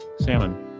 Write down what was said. Salmon